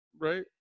Right